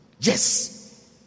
Yes